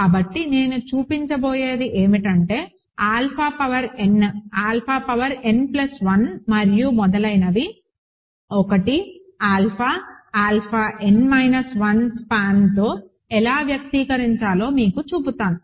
కాబట్టి నేను చూపించబోయేది ఏమిటంటే alpha power n alpha power n plus 1 మరియు మొదలైనవి 1 ఆల్ఫా ఆల్ఫా n మైనస్ 1 స్పాన్తో ఎలా వ్యక్తీకరించాలో మీకు చూపుతాను